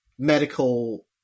medical